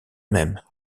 même